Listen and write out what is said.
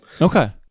Okay